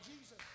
Jesus